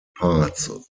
parts